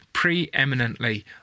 Preeminently